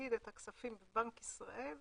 להפקיד את הכספים בבנק ישראל במט"ח.